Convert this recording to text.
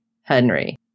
Henry